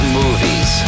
movies